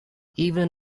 even